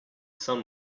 sun